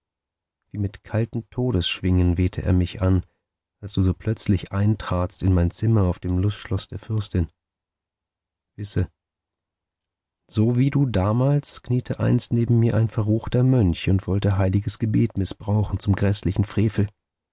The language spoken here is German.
wie mit kalten todesschwingen wehte er mich an als du so plötzlich eintratst in mein zimmer auf dem lustschloß der fürstin wisse so wie du damals kniete einst neben mir ein verruchter mönch und wollte heiliges gebet mißbrauchen zum gräßlichen frevel